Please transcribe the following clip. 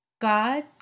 God